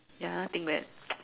ya nothing bad